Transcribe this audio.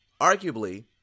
arguably